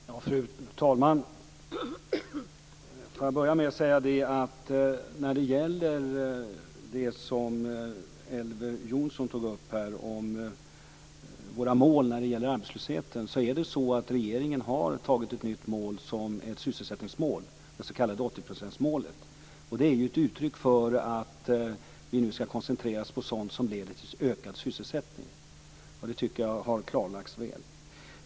Fru talman! Får jag börja med att säga något om det som Elver Jonsson tog upp om våra mål när det gäller arbetslösheten. Det är ju så att regeringen har antagit ett nytt mål, ett sysselsättningsmål, det s.k. 80 procentsmålet. Det är ett uttryck för att vi nu skall koncentrera oss på sådant som leder till ökad sysselsättning. Det tycker jag har klarlagts väl.